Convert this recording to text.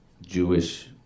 Jewish